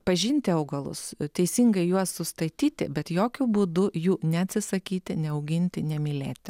pažinti augalus teisingai juos sustatyti bet jokiu būdu jų neatsisakyti neauginti nemylėti